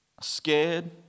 scared